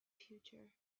future